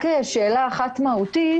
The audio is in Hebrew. רק שאלה אחת מהותית